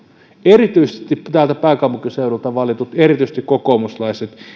erityisesti täältä pääkaupunkiseudulta valittujen erityisesti kokoomuslaisten